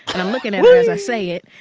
and i'm looking at her as i say it